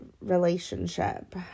relationship